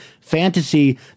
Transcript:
fantasy